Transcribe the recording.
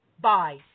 Bye